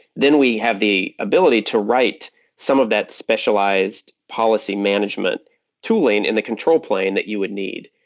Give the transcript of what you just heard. then we have the ability to write some of that specialized policy management two-lane in the control plane that you would need.